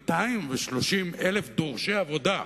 230,000 דורשי עבודה.